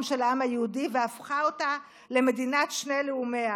של העם היהודי והפכה אותה למדינת שני לאומיה.